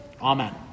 Amen